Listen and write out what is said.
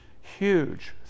huge